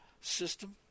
system